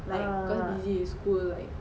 uh